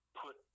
put